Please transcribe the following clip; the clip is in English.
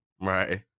Right